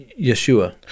Yeshua